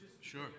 Sure